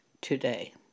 today